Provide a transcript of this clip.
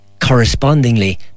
correspondingly